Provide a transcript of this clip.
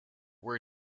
were